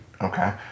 Okay